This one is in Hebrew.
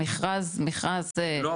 המכרז --- לא,